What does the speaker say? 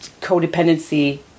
codependency